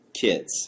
kids